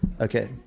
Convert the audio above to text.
Okay